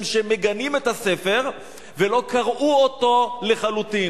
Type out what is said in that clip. שמגנים את הספר ולא קראו אותו לחלוטין.